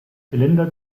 zylinder